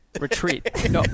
retreat